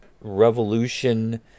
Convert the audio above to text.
revolution